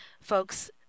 Folks